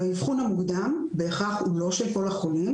האבחון המוקדם הוא לא בהכרח של כל חולים